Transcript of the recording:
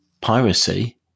Piracy